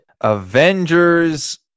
avengers